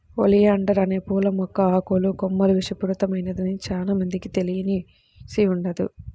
oleander అనే పూల మొక్క ఆకులు, కొమ్మలు విషపూరితమైనదని చానా మందికి తెలిసి ఉండదు